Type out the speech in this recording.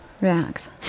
reacts